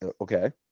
Okay